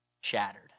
shattered